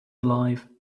alive